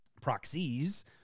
proxies